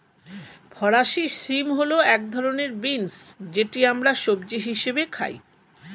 ফরাসি শিম হল এক ধরনের বিন্স যেটি আমরা সবজি হিসেবে খাই